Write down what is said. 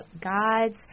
God's